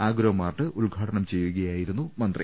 Agromart ഉദ്ഘാടനം ചെയ്യുകയായിരുന്നു മന്ത്രി